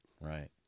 right